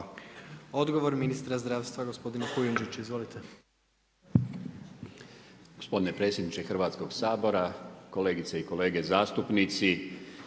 Odgovor ministra zdravstva gospodin Kujundžić, izvolite. **Kujundžić, Milan (HDZ)** Gospodine predsjedniče Hrvatskog sabora, kolegice i kolege zastupnici,